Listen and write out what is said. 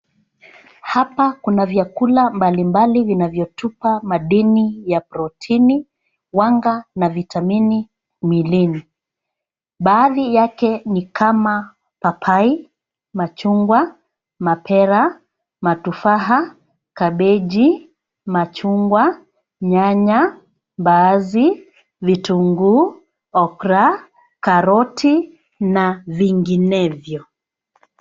Hapa kuna vyakula mbali mbali vinavyotupa madini ya proteini , wanga na vitamini mwilini. Baadhi yake ni kama: papai, machungwa, mapera, matufaha, kabeji, machungwa, nyanya, mbaazi, vitunguu, okra, karoti na vinginevyo.